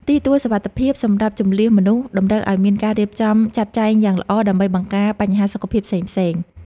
ទីទួលសុវត្ថិភាពសម្រាប់ជម្លៀសមនុស្សតម្រូវឱ្យមានការរៀបចំចាត់ចែងយ៉ាងល្អដើម្បីបង្ការបញ្ហាសុខភាពផ្សេងៗ។